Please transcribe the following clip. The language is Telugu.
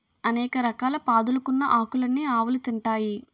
అనేక రకాల పాదులుకున్న ఆకులన్నీ ఆవులు తింటాయి